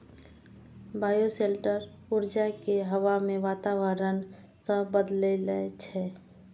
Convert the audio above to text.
bioshelter ऊर्जा कें हवा के वातावरण सं बदलै छै